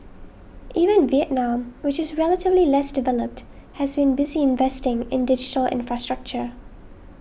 even Vietnam which is relatively less developed has been busy investing in digital infrastructure